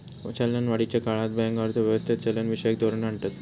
चलनवाढीच्या काळात बँक अर्थ व्यवस्थेत चलनविषयक धोरण आणतत